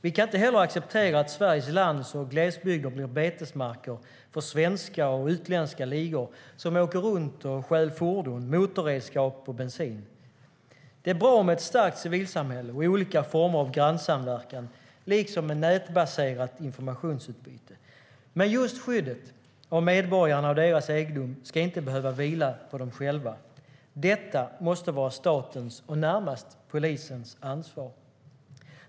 Vi kan inte heller acceptera att Sveriges lands och glesbygder blir betesmarker för svenska och utländska ligor som åker runt och stjäl fordon, motorredskap och bensin. Det är bra med ett starkt civilsamhälle och olika former av grannsamverkan, liksom med nätbaserat informationsutbyte. Men just skyddet av medborgarna och deras egendom ska inte behöva vila på dem själva. Detta måste vara statens och närmast polisens ansvar.